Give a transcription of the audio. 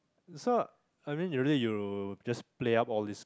so I mean usually you just play up all these